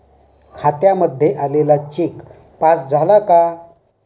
खात्यामध्ये आलेला cheque pass झाला का?